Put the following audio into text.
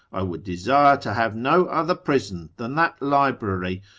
i would desire to have no other prison than that library,